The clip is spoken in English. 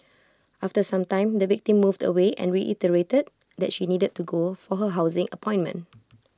after some time the victim moved away and reiterated that she needed to go for her housing appointment